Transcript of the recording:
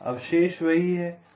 अब शेष वही है